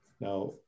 Now